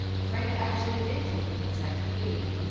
frank actually did take the encyclopedia,